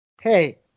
Hey